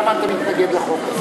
למה אתה מתנגד לחוק הזה?